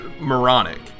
moronic